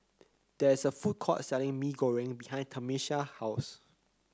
there is a food court selling mee goring behind Tamica's house